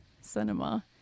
cinema